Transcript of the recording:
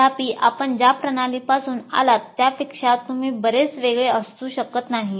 तथापि आपण ज्या प्रणालीपासून आलात त्यापेक्षा तुम्ही बरेच वेगळे असू शकत नाही